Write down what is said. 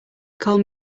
call